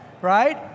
right